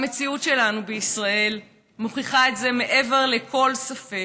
המציאות שלנו בישראל מוכיחה את זה מעבר לכל ספק.